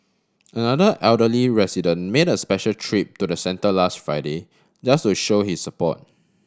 another elderly resident made a special trip to the centre last Friday just to show his support